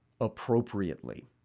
appropriately